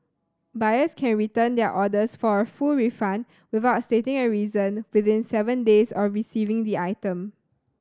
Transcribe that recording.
buyers can return their orders for a full refund without stating a reason within seven days of receiving the item